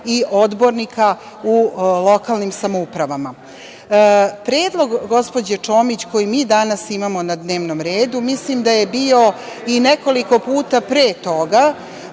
i odbornika u lokalnim samoupravama. Predlog gospođe Čomić koji mi danas imamo na dnevnom redu, mislim da je bio i nekoliko puta pre toga,